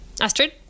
Astrid